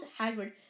Hagrid